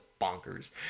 bonkers